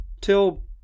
till